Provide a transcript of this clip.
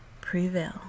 prevail